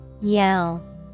Yell